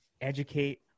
educate